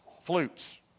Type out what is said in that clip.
flutes